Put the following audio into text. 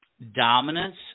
Dominance